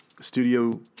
Studio